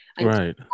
right